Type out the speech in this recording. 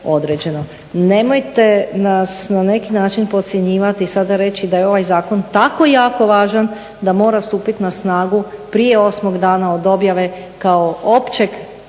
Nemojte nas na neki način podcjenjivati i sada reći da je ovaj zakon tako jako važan da mora stupiti na snagu prije 8.dana od objave kao općeg